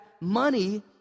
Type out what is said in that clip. money